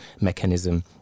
mechanism